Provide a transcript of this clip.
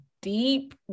deep